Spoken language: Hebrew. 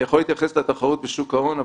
אני יכול להתייחס לתחרות בשוק ההון,